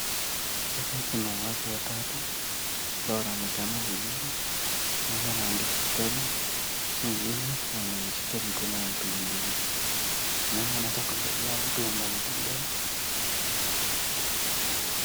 Hapa kuna watu watatu ambao wanaonekana vizuri. Mmoja anaandika kitabu, mwingine ameshika mikono ya mtu mwingine. Naona unaweza kuangalia mtu ambaye anatembea.